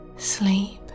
Sleep